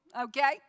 okay